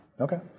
Okay